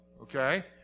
okay